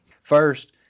First